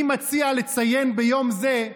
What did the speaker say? אני מציע לציין ביום זה,